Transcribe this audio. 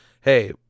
hey